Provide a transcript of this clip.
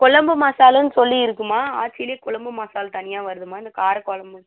குழம்பு மசாலான்னு சொல்லி இருக்குதும்மா ஆச்சியிலே குழம்பு மசாலா தனியாக வருதும்மா இந்த காரக் குழம்பு